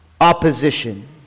opposition